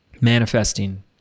manifesting